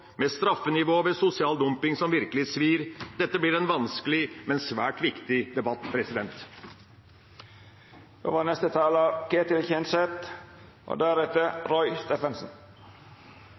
et straffenivå ved sosial dumping som virkelig svir. Dette blir en vanskelig, men svært viktig debatt.